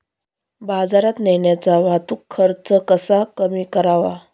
बाजारात नेण्याचा वाहतूक खर्च कसा कमी करावा?